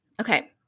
Okay